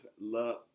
love